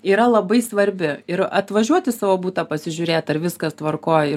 yra labai svarbi ir atvažiuoti savo butą pasižiūrėt ar viskas tvarkoj